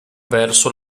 verso